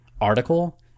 article –